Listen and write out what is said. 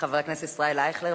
חבר הכנסת ישראל אייכלר,